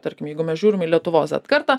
tarkim jeigu mes žiūrim į lietuvos z kartą